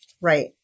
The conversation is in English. Right